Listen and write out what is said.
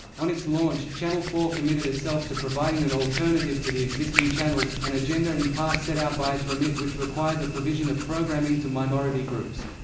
on its launch, channel four committed itself to providing an alternative to the existing channels, an agenda in part set out by its remit which required the provision of programming to minority groups.